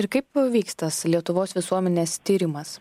ir kaip vyks tas lietuvos visuomenės tyrimas